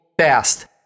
fast